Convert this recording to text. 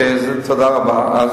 תודה רבה.